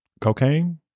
cocaine